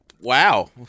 Wow